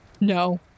No